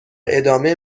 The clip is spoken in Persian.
ادامه